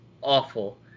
awful